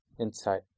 insight